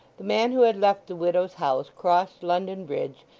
the man who had left the widow's house crossed london bridge,